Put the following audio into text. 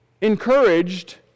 encouraged